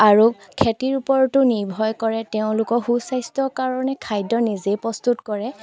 আৰু খেতিৰ ওপৰতো নিৰ্ভয় কৰে তেওঁলোকৰ সু স্বাস্থ্যৰ কাৰণে খাদ্য নিজেই প্ৰস্তুত কৰে